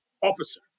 officer